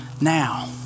Now